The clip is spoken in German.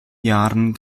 jahren